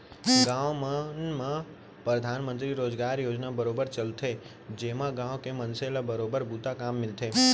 गाँव मन म परधानमंतरी रोजगार योजना बरोबर चलथे जेमा गाँव के मनसे ल बरोबर बूता काम मिलथे